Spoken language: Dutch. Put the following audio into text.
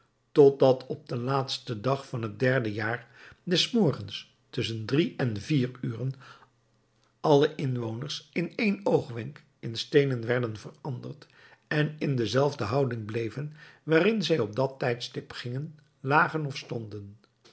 op den laatsten dag van het derde jaar des morgens tusschen drie en vier uren alle inwoners in één oogwenk in steenen werden veranderd en in de zelfde houding bleven waarin zij op dat tijdstip gingen lagen of stonden